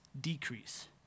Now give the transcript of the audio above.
decrease